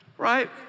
Right